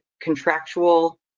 contractual